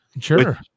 Sure